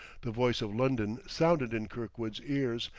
the voice of london sounded in kirkwood's ears,